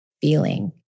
feeling